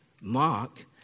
Mark